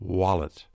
wallet